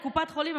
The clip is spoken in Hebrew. לקופת חולים,